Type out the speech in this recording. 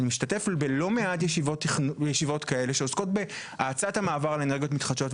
ואני משתתף בלא מעט ישיבות כאלה שעוסקות בהאצת המעבר לאנרגיות מתחדשות,